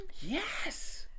Yes